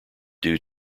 due